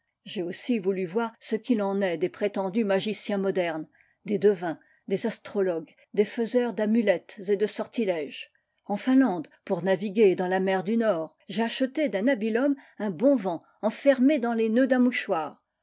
ruine j'ai aussi voulu voir ce qu'il en est des prétendus magiciens modernes des devins des astrologues des faiseurs d'amulettes et de sortilèges en finlande pour naviguer dans la mer du nord j'ai acheté d'un habile homme un bon vent enfermé dans les nœuds d'un mouchoir